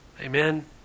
Amen